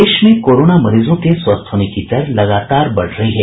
प्रदेश में कोरोना मरीजों के स्वस्थ होने की दर लगातार बढ़ रही है